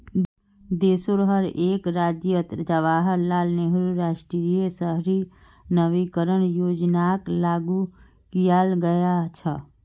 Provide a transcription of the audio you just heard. देशोंर हर एक राज्यअत जवाहरलाल नेहरू राष्ट्रीय शहरी नवीकरण योजनाक लागू कियाल गया छ